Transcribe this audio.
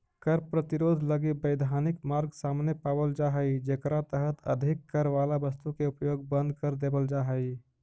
कर प्रतिरोध लगी वैधानिक मार्ग सामने पावल जा हई जेकरा तहत अधिक कर वाला वस्तु के उपयोग बंद कर देवल जा हई